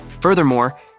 Furthermore